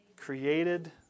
created